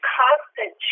constant